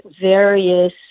various